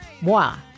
moi